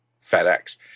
FedEx